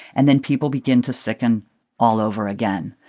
and then people begin to sicken all over again,